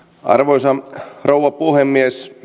arvoisa rouva puhemies